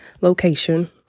location